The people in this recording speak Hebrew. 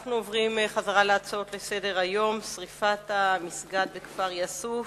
אנחנו חוזרים להצעות לסדר-היום: שרפת המסגד בכפר יאסוף,